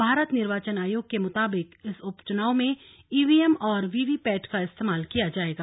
भारत निर्वाचन आयोग के मुताबिक इस उपचुनाव में ईवीएम और वीवीपैट का इस्तेमाल किया जाएगा